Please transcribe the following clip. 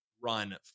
run